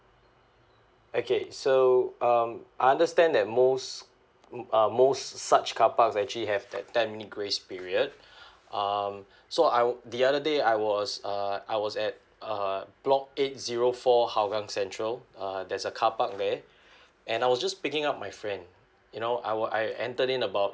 okay so um I understand that most uh most such carparks actually have that ten minutes grace period um so I would the other day I was err I was at err block eight zero four hougang central uh there's a carpark there and I was just picking up my friend you know I were I entered in about